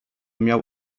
miał